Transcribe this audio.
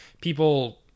people